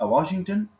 Washington